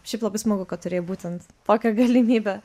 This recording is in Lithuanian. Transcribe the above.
šiaip labai smagu kad turėjai būtent tokią galimybę